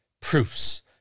proofs